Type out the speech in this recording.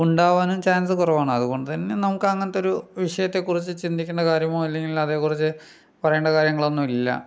ഉണ്ടാകാനും ചാൻസ് കുറവാണ് അതുകൊണ്ട് തന്നെ നമുക്ക് അങ്ങനത്തൊരു വിഷയത്തെ കുറിച്ചു ചിന്തിക്കേണ്ട കാര്യമോ അല്ലെങ്കിൽ അതിനെക്കുറിച്ചു പറയേണ്ട കാര്യങ്ങളൊന്നുമില്ല